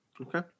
Okay